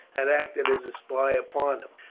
had acted as a spy upon him.